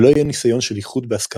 ולא היו ניסיון של איחוד בהסכמה.